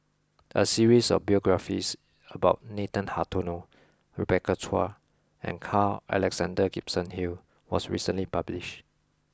a series of biographies about Nathan Hartono Rebecca Chua and Carl Alexander Gibson Hill was recently published